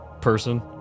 person